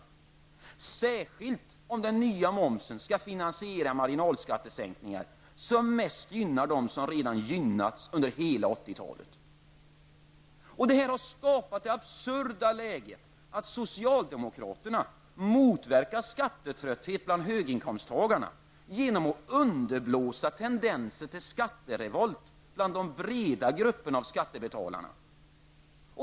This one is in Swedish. Det gäller särskilt om den nya momsen skall finansiera marginalskattesänkningar, som mest gynnar dem som redan har gynnats under hela 1980-talet. Detta skapar det absurda läget att socialdemokraterna motverkar skattetrötthet bland höginkomsttagare genom att underblåsa tendenser till skatterevolt bland de breda grupperna av skattebetalare.